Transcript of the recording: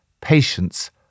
Patience